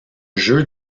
jeu